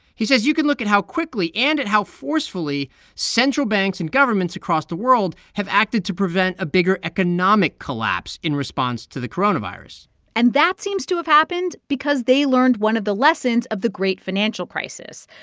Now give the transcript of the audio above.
he says you can look at how quickly and at how forcefully central banks and governments across the world have acted to prevent a bigger economic collapse in response to the coronavirus and that seems to have happened because they learned one of the lessons of the great financial crisis,